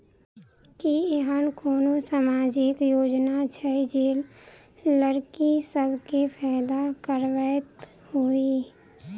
की एहेन कोनो सामाजिक योजना छै जे लड़की सब केँ फैदा कराबैत होइ?